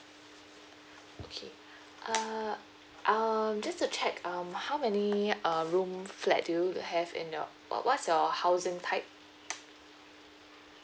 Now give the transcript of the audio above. okay uh um just to check um how many uh room flat do you have in your uh what's your housing type